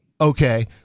okay